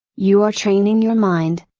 you are training your mind,